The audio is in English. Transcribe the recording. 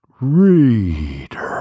reader